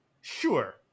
Sure